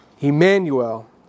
Emmanuel